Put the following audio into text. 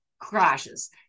crashes